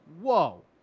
Whoa